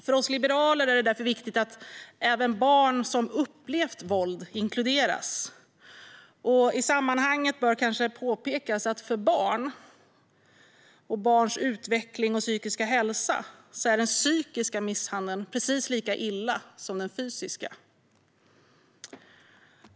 För oss liberaler är det därför viktigt att även barn som upplevt våld inkluderas. I sammanhanget bör det kanske påpekas att för barn, barns utveckling och barns psykiska hälsa är den psykiska misshandeln precis lika illa som den fysiska.